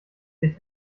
sich